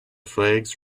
flags